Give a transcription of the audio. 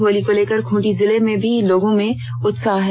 होली को लेकर खेटी जिले में भी लोगों में उत्साह है